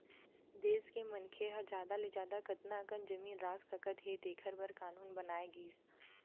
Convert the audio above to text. देस के मनखे ह जादा ले जादा कतना अकन जमीन राख सकत हे तेखर बर कान्हून बनाए गिस